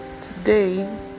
today